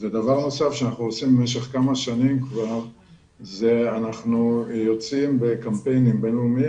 דבר נוסף שאנחנו עושים כבר כמה שנים זה קמפיינים בין-לאומיים